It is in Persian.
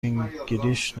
فینگلیش